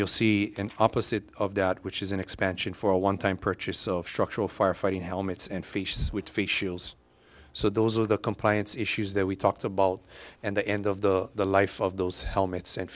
you'll see an opposite of that which is an expansion for a one time purchase of structural firefighting helmets and features with feet shields so those are the compliance issues that we talked about and the end of the the life of those helmets and